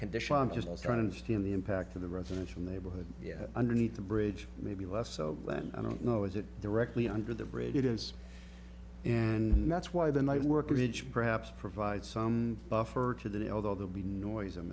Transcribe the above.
condition i'm just trying to understand the impact of the residential neighborhood yet underneath the bridge maybe less so than i don't know as it directly under the bridge it is and that's why the night's work which perhaps provide some buffer to that although they'll be noise i'm